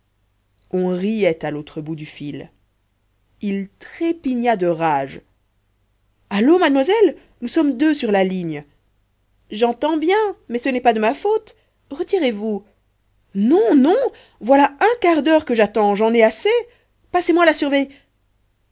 on riait à l'autre bout du fil il trépigna de rage allô mademoiselle nous sommes deux sur la ligne j'entends bien mais ce n'est pas de ma faute retirez-vous non non voilà un quart d'heure que j'attends j'en ai assez passez-moi la surveil